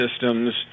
systems